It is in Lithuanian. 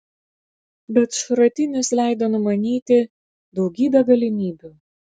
bet šratinis leido numanyti daugybę galimybių